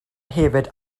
hefyd